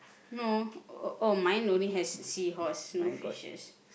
no oh mine only has seahorse no fishes